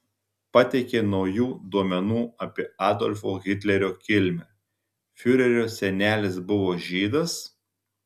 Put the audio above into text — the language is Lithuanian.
pateikė naujų duomenų apie adolfo hitlerio kilmę fiurerio senelis buvo žydas